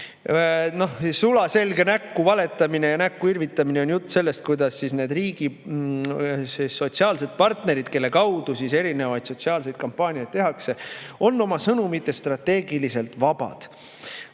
MTÜ-dest. Sulaselge näkku valetamine ja näkku irvitamine on jutt sellest, et need riigi sotsiaalsed partnerid, kelle kaudu erinevaid sotsiaalseid kampaaniaid tehakse, on oma sõnumites strateegiliselt vabad.